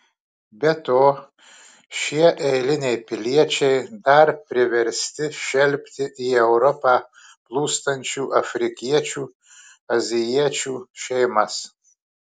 be to šie eiliniai piliečiai dar priversti šelpti į europą plūstančių afrikiečių azijiečių šeimas